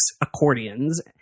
accordions